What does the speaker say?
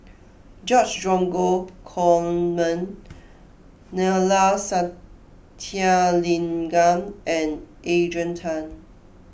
George Dromgold Coleman Neila Sathyalingam and Adrian Tan